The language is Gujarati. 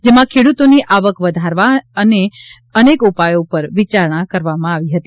જેમાં ખેડૂતોની આવક વધારવા માટે અનેક ઉપાયો ઉપર ચર્ચા વિચારણા કરવામાં આવી હતી